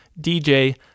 DJ